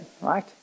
right